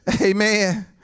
Amen